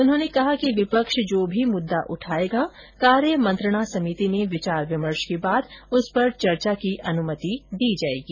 उन्होंने कहा कि विपक्ष जो भी मुद्दा उठायेगा कार्य मंत्रणा समिति में विचार विमर्श के बाद उस पर चर्चा की अनुमति दी जाएगी